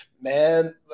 man